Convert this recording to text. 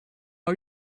are